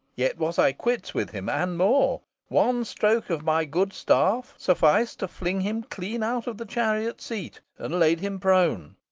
yet was i quits with him and more one stroke of my good staff sufficed to fling him clean out of the chariot seat and laid him prone.